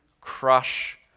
crush